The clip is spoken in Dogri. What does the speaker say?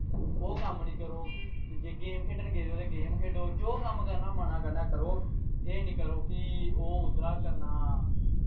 ओह् कम्म निं करो जे गेम खेढन गेदे ओ ते गेम खेढो जो कम्म करना मना कन्नै करो एह् निं करो कि ओह् उद्धरा करना